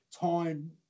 time